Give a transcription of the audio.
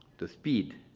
the speed